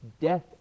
Death